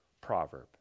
proverb